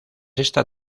esta